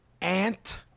ant